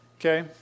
okay